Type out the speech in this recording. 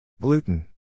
Gluten